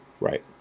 Right